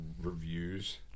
reviews